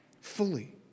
fully